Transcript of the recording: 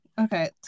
Okay